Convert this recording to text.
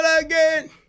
again